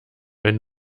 wenn